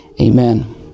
amen